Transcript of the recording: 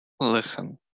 Listen